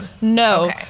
No